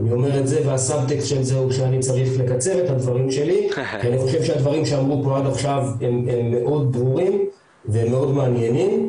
אני חושב שהדברים שאמרו פה עד עכשיו הם מאוד ברורים ומאוד מעניינים.